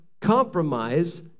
compromise